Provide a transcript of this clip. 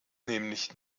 nämlich